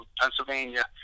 Pennsylvania